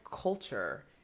culture